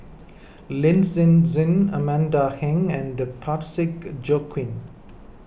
Lin Hsin Hsin Amanda Heng and Parsick Joaquim